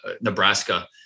Nebraska